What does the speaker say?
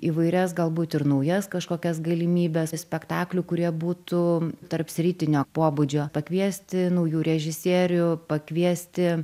įvairias galbūt ir naujas kažkokias galimybes spektaklių kurie būtų tarpsritinio pobūdžio pakviesti naujų režisierių pakviesti